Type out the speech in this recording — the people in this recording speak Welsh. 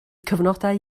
cyfnodau